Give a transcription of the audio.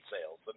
sales